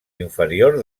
inferior